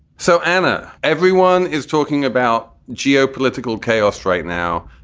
so, anna, everyone is talking about geopolitical chaos right now.